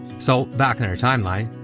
so, back in our timeline,